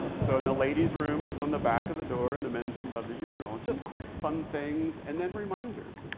so in the ladies' room, it was on the back of the door, in the men's room by the urinal. and just quick fun things. and then reminders.